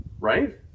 right